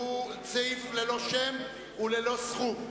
סעיף ללא שם וללא סכום.